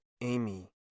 Amy